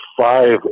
five